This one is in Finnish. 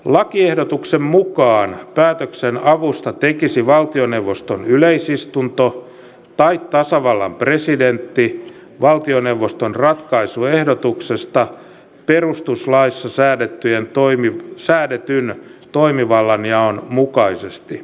lakiehdotuksen mukaan päätöksen avusta tekisi valtioneuvoston yleisistunto tai tasavallan presidentti valtioneuvoston ratkaisuehdotuksesta perustuslaissa säädetyn toimivallanjaon mukaisesti